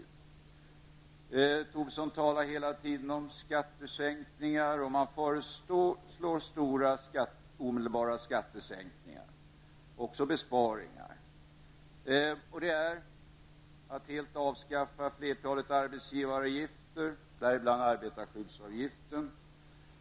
Lars Tobisson talar hela tiden om skattesänkningar, och moderaterna föreslår stora omedelbara skattesänkningar och likaså besparingar. De vill helt avskaffa flertalet arbetsgivaravgifter, däribland arbetarskyddsavgiften.